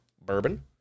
bourbon